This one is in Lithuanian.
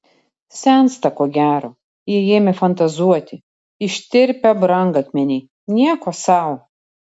sensta ko gero jei ėmė fantazuoti ištirpę brangakmeniai nieko sau